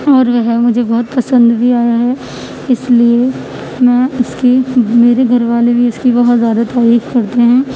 اور وہ مجھے بہت پسند بھی آیا ہے اس لیے میں اس کی میرے گھر والے بھی اس کی بہت زیادہ تعریف کرتے ہیں